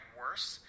worse